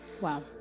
Wow